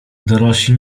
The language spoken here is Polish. dorośli